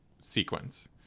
sequence